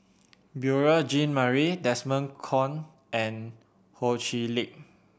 Beurel Jean Marie Desmond Kon and Ho Chee Lick